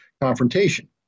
confrontation